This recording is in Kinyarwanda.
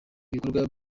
ibikorwa